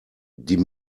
die